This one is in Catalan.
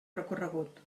recorregut